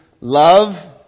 Love